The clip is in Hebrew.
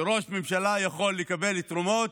שראש ממשלה יכול לקבל תרומות,